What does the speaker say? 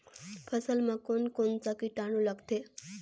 फसल मा कोन कोन सा कीटाणु लगथे?